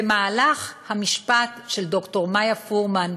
במהלך המשפט של ד"ר מאיה פורמן,